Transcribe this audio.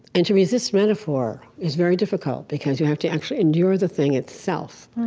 and to resist metaphor is very difficult because you have to actually endure the thing itself,